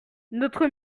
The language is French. notre